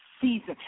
season